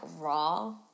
raw